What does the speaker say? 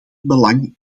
belang